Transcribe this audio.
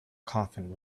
coffin